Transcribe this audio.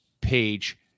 page